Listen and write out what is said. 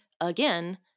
again